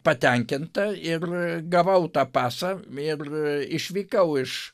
patenkinta ir gavau tą pasą ir išvykau iš